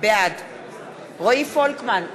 בעד רועי פולקמן,